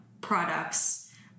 products